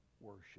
worship